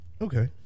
Okay